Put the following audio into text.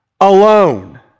alone